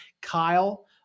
kyle